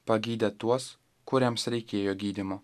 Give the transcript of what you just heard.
pagydė tuos kuriems reikėjo gydymo